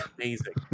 amazing